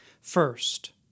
First